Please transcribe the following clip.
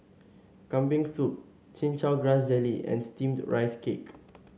Kambing Soup Chin Chow Grass Jelly and steamed Rice Cake